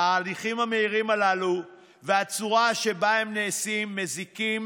ההליכים המהירים הללו והצורה שבה הם נעשים מזיקים,